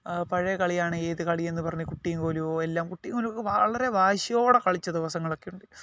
ആ പഴയ കളിയാണ് ഏത് കളി എന്ന് പറഞ്ഞ് കുട്ടിയും കോലുമോ എല്ലാം കുട്ടിയും കോലുമൊക്കെ വളരെ വാശിയോടെ കളിച്ച ദിവസങ്ങളൊക്കെയുണ്ട്